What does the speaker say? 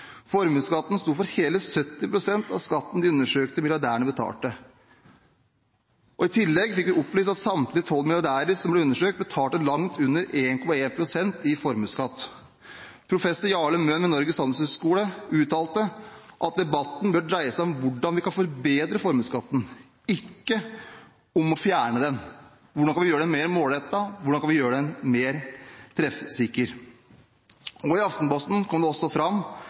formuesskatten. Formuesskatten sto for hele 70 pst. av skatten de undersøkte milliardærene betalte. I tillegg fikk vi opplyst at samtlige tolv milliardærer som ble undersøkt, betalte langt under 1,1 pst. i formuesskatt. Professor Jarle Møen ved Norges Handelshøyskole uttalte at debatten bør dreie seg om hvordan vi kan forbedre formuesskatten, ikke om å fjerne den. Hvordan kan vi gjøre den mer målrettet? Hvordan kan vi gjøre den mer treffsikker? I Aftenposten kom det også fram